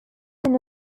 can